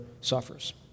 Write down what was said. suffers